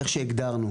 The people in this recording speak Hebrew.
איך שהגדרנו,